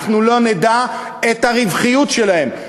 אנחנו לא נדע את הרווחיות שלהן.